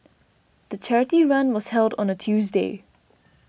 the charity run was held on a Tuesday